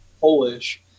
Polish